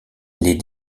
les